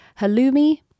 halloumi